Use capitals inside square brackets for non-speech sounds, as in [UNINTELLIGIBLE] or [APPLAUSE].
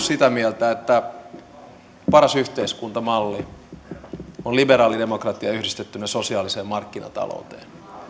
[UNINTELLIGIBLE] sitä mieltä että paras yhteiskuntamalli on liberaali demokratia yhdistettynä sosiaaliseen markkinatalouteen